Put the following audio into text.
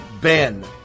Ben